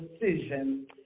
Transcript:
decision